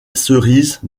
cerise